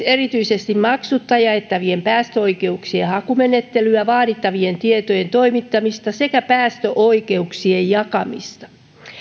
erityisesti maksutta jaettavien päästöoikeuksien hakumenettelyä vaadittavien tietojen toimittamista sekä päästöoikeuksien jakamista